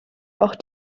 auch